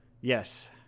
Yes